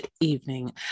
evening